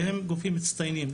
והם גופים מצטיינים.